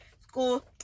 school